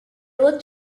looked